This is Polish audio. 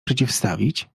przeciwstawić